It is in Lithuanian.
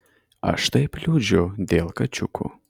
aš taip liūdžiu dėl kačiukų